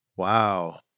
Wow